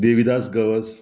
Devidas Gawas